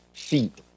feet